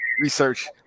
research